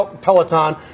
Peloton